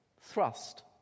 thrust